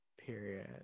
Period